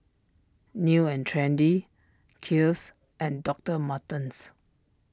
New and Trendy Kiehl's and Doctor Martens